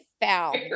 found